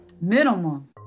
minimum